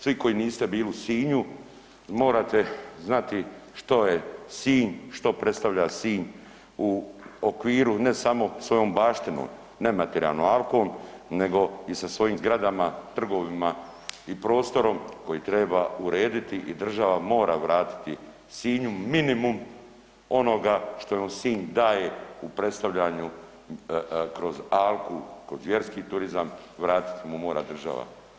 Svi koji niste bili u Sinju morate znati što je Sinj, što predstavlja Sinj u okviru ne samo svojom baštinom nematerijalnom, Alkom nego i sa svojim zgradama, trgovima i prostorom koji treba urediti i država mora vratiti Sinju minimum onoga što Sinj daje kroz predstavljanje kroz Alku, kroz vjerski turizam vratit mu mora država.